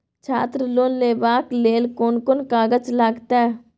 छात्र लोन लेबाक लेल कोन कोन कागज लागतै?